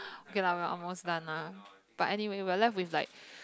okay lah we are almost done lah but anyway we are left with like